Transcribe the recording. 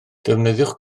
defnyddiwch